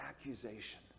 accusation